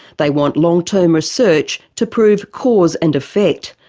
they want long-term research to prove cause and effect,